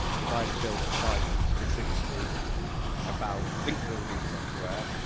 if i had build a site specifically about link building software,